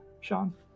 Sean